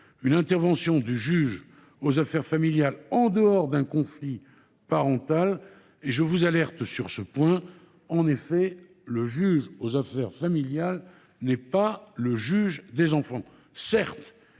une intervention du juge aux affaires familiales en dehors d’un conflit parental. Or je vous alerte sur ce point : le juge aux affaires familiales n’est pas le juge des enfants. Certes,